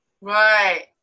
right